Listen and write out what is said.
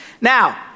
Now